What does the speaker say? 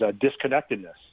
disconnectedness